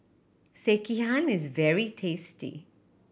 sekihan is very tasty